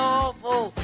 awful